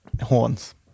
horns